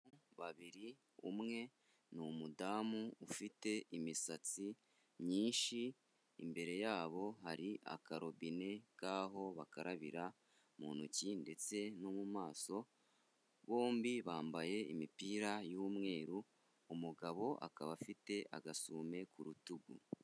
Babiri umwe n'umudamu ufite imisatsi myinshi, imbere yabo hari akarobine, ngaho bakarabira mu ntoki ndetse no mu maso, bombi bambaye imipira y'umweru, umugabo akaba afite agasume ku rutugu.